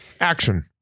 Action